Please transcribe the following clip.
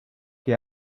que